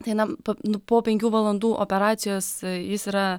tai nam nu po penkių valandų operacijos jis yra